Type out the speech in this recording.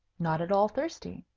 not at all thirsty.